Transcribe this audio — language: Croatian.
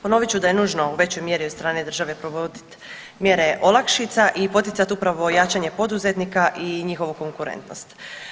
Ponovit ću da je nužno u većoj mjeri od strane države provodit mjere olakšica i poticat upravo jačanje poduzetnika i njihovu konkurentnost.